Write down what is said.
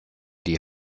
die